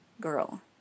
Girl